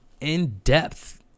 in-depth